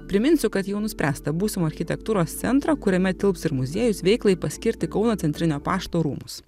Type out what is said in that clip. priminsiu kad jau nuspręsta būsimą architektūros centrą kuriame tilps ir muziejus veiklai paskirti kauno centrinio pašto rūmus